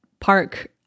park